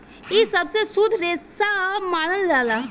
इ सबसे शुद्ध रेसा मानल जाला